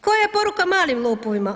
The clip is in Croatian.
Koja je poruka malim lopovima?